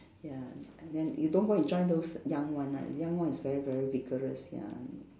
ya and then you don't go and join those young one lah young one is very very vigorous ya